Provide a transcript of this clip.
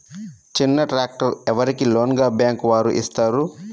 చిన్న ట్రాక్టర్ ఎవరికి లోన్గా బ్యాంక్ వారు ఇస్తారు?